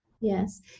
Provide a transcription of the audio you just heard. yes